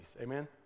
amen